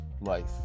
life